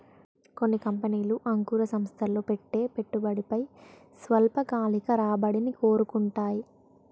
కొన్ని కంపెనీలు అంకుర సంస్థల్లో పెట్టే పెట్టుబడిపై స్వల్పకాలిక రాబడిని కోరుకుంటాయి